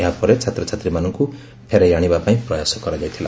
ଏହାପରେ ଛାତ୍ରଛାତ୍ରୀମାନଙ୍କୁ ଫେରାଇ ଆଶିବାପାଇଁ ପ୍ରୟାସ କରାଯାଇଥିଲା